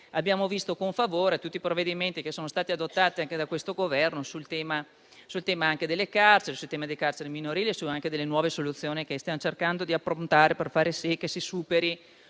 abbiamo visto con favore tutti i provvedimenti che sono stati adottati anche da questo Governo sul tema delle carceri, di quelle minorili in particolare, e anche delle nuove soluzioni che stiamo cercando di approntare per fare sì che si superi